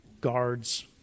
guards